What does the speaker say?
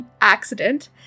accident